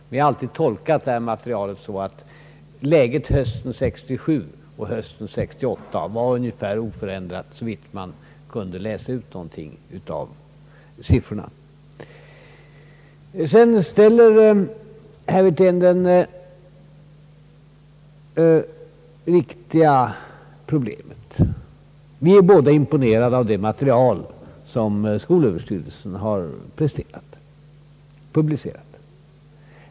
Jag har alltid tolkat materialet på det sättet att läget hösten 1968 var ungefär oförändrat i jämförelse med hösten 1967, såvitt man kunde läsa ut ur siffrorna. Herr Wirtén har rätt i att vi båda är imponerade av det material som skolöverstyrelsen publicerat.